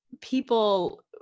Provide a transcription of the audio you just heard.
people